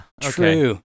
true